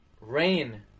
rain